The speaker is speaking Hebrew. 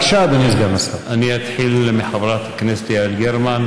בבקשה, אדוני סגן השר.